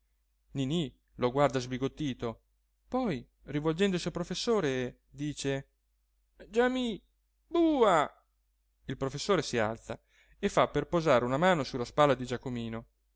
ninì lo guarda sbigottito poi rivolgendosi al professore dice giamì bua il professore si alza e fa per posare una mano su la spalla di giacomino